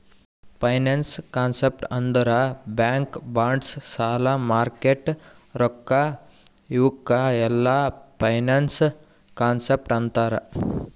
finance concept ಅಂದುರ್ bank bonds ಸಾಲ market ರೊಕ್ಕಾ ಇವುಕ್ ಎಲ್ಲಾ ಫೈನಾನ್ಸ್ ಕಾನ್ಸೆಪ್ಟ್ ಅಂತಾರ್